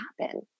happen